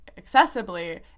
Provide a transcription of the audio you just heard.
accessibly